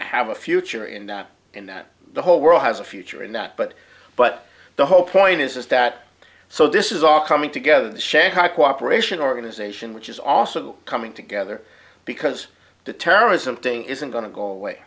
have a future in that in that the whole world has a future in that but but the whole point is is that so this is all coming together the shanghai cooperation organization which is also coming together because the terrorism thing isn't going to go away